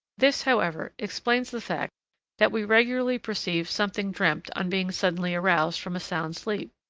this, however, explains the fact that we regularly perceive something dreamt on being suddenly aroused from a sound sleep.